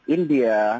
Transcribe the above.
India